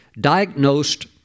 diagnosed